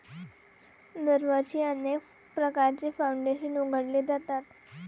दरवर्षी अनेक प्रकारचे फाउंडेशन उघडले जातात